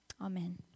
Amen